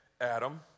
Adam